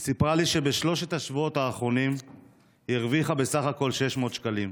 היא סיפרה לי שבשלושת השבועות האחרונים היא הרוויחה בסך הכול 600 שקלים.